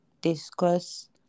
discuss